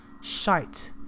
shite